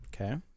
Okay